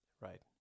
Right